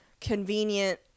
convenient